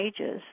ages